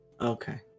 Okay